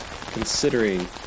considering